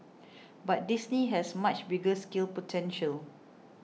but Disney has much bigger scale potential